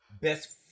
Best